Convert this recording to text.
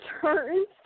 turns